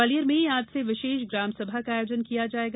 ग्वालियर में आज से विशेष ग्राम सभा का आयोजन किया जायेगा